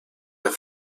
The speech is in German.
der